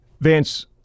Vance